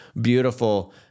beautiful